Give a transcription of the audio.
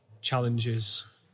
challenges